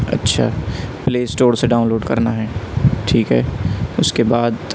اچھا Play Store سے download کرنا ہے ٹھیک ہے اس کے بعد